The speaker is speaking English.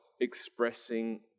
expressing